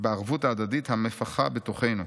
בערבות ההדדית המפכה בתוכנו,